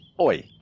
Oi